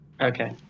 Okay